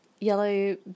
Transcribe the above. yellow